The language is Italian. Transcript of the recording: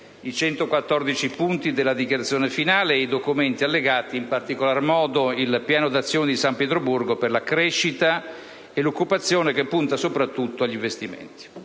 114 punti della dichiarazione finale e dai documenti allegati, in particolar modo il Piano d'azione di San Pietroburgo per la crescita e l'occupazione, che punta soprattutto agli investimenti.